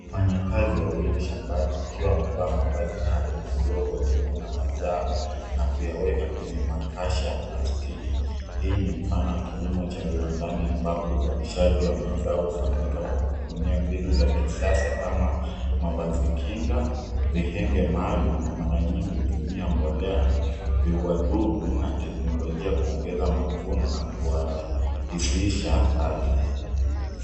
Wafanyakazi wawili shambani wakiwa wamevaa mavazi maalum na glovu wakivuna mazao na kuyaweka kwenye makasha ya plastiki. Hii ni mfano wa kilimo cha viwandani ambapo uzalishaji wa mazao hufanyika kwa kutumia mbinu za kisasa kama: mavazi kinga, vihenge maalum na mara nyingi hutumia mbolea vya wadudu na teknolojia kuongeza mavuno na kuwarahisisha kazi.